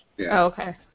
okay